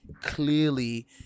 clearly